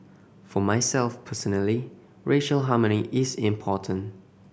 for myself personally racial harmony is important